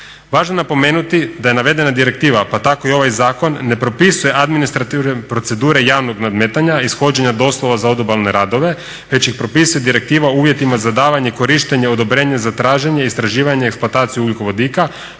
Važno je napomenuti da navedena direktiva pa tako i ovaj zakon ne propisuje administrativne procedure javnog nadmetanja, ishođenja … za odobalne radove već ih propisuje direktiva u uvjetima za davanje i korištenje odobrenja za traženje, istraživanje i eksploataciju ugljikovodika